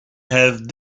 have